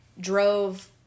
drove